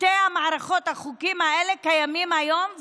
שתי מערכות החוקים האלה קיימות היום,